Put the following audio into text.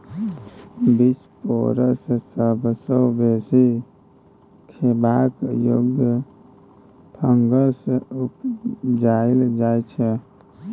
बिसपोरस सबसँ बेसी खेबाक योग्य फंगस उपजाएल जाइ छै